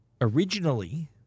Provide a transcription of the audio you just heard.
Originally